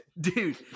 Dude